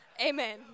Amen